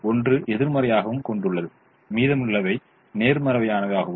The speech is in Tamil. ஒன்று எதிர்மறையையும் கொண்டுள்ளது மீதமுள்ளவை நேர்மறையானவையாகும்